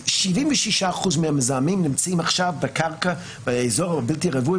76% מהמזהמים נמצאים עכשיו בקרקע באזור הבלתי רווי,